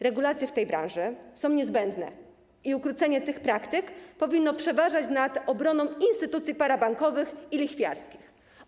Regulacje w tej branży są niezbędne i ukrócenie tych praktyk powinno przeważać nad obroną instytucji parabankowych i lichwiarskich.